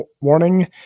warning